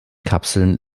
kapseln